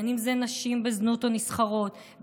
בין שזה נשים בזנות או נסחרות,